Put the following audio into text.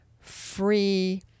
free